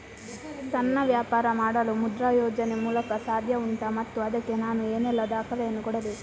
ಸಣ್ಣ ವ್ಯಾಪಾರ ಮಾಡಲು ಮುದ್ರಾ ಯೋಜನೆ ಮೂಲಕ ಸಾಧ್ಯ ಉಂಟಾ ಮತ್ತು ಅದಕ್ಕೆ ನಾನು ಏನೆಲ್ಲ ದಾಖಲೆ ಯನ್ನು ಕೊಡಬೇಕು?